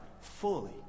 fully